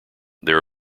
there